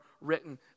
written